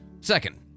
Second